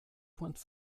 pointe